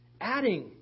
Adding